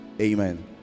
amen